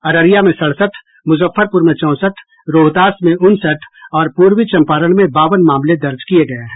अररिया में सड़सठ मुजफ्फरपुर में चौंसठ रोहतास में उनसठ और पूर्वी चम्पारण में बावन मामले दर्ज किये गये हैं